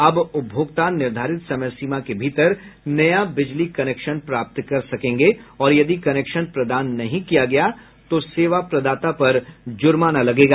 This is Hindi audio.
अब उपभोक्ता निर्धारित समय सीमा के भीतर नया बिजली कनेक्शन प्राप्त कर सकेंगे और यदि कनेक्शन प्रदान नहीं किया गया तो सेवा प्रदाता पर जुर्माना लगेगा